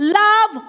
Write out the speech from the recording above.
love